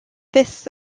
fifth